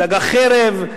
דג החרב,